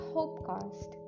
HopeCast